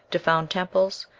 to found temples,